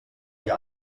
ihr